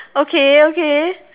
okay okay